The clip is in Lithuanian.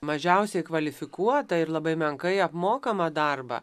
mažiausiai kvalifikuotą ir labai menkai apmokamą darbą